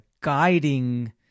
guiding